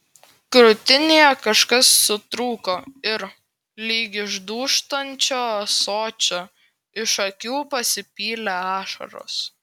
krūtinėje kažkas sutrūko ir lyg iš dūžtančio ąsočio iš akių pasipylė ašaros